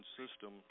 system